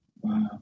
Wow